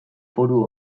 foru